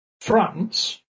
France